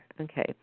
Okay